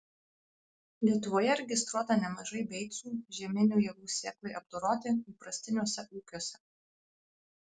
lietuvoje registruota nemažai beicų žieminių javų sėklai apdoroti įprastiniuose ūkiuose